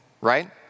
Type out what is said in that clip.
right